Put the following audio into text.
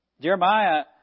Jeremiah